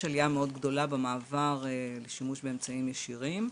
עליה מאוד גדולה במעבר בשימוש באמצעים ישירים,